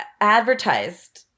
advertised